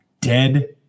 dead